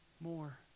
more